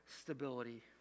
stability